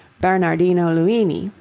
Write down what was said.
bernardino luini,